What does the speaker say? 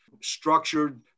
structured